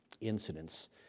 incidents